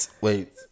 Wait